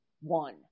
one